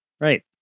right